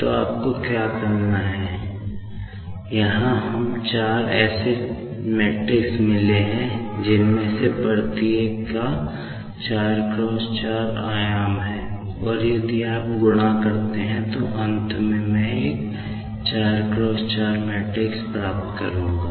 तो आपको क्या करना है यहां हम चार ऐसे 4 मैट्रिक्स प्राप्त करूंगा